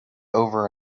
over